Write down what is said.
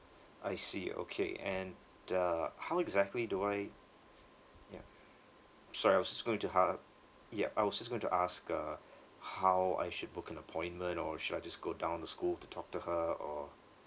I see okay and uh how exactly do I ya sorry I was just going to ha~ yup I was just going to ask uh how I should book an appointment or should I just go down the school to talk to her or